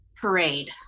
parade